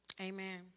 Amen